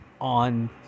on